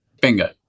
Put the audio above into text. Bingo